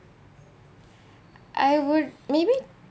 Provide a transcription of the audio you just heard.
I would maybe